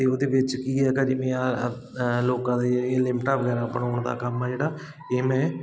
ਅਤੇ ਉਹਦੇ ਵਿੱਚ ਕੀ ਹੈਗਾ ਜਿਵੇਂ ਆਹ ਲੋਕਾਂ ਦੇ ਜਿਹੜੀਆਂ ਲਿਮਿਟਾਂ ਵਗੈਰਾ ਬਣਾਉਣ ਦਾ ਕੰਮ ਆ ਜਿਹੜਾ ਇਹ ਮੈਂ